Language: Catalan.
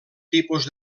tipus